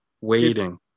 Waiting